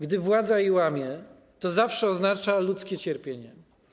Gdy władza je łamie, to zawsze oznacza ludzkie cierpienie.